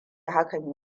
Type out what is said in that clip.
hakan